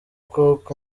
cook